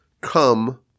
come